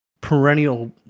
perennial